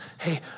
hey